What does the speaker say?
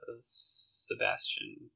Sebastian